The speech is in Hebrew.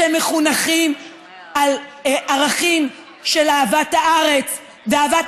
שמחונכים על ערכים של אהבת הארץ ואהבת